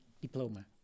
diploma